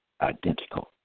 identical